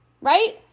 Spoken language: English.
Right